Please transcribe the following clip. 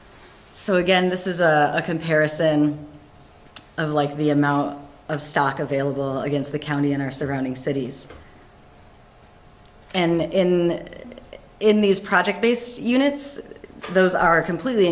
so again this is a comparison of like the amount of stock available against the county in our surrounding cities and in that in these project based units those are completely